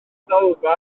ddalfa